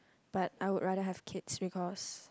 but I would rather have kids because